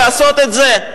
לעשות את זה?